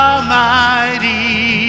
Almighty